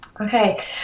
Okay